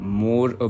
more